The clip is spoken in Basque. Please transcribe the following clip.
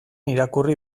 irakurri